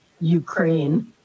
Ukraine